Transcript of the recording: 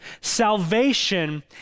salvation